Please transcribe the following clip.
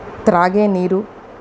త్రాగే నీరు